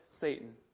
Satan